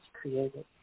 created